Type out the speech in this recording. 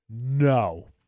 No